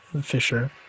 Fisher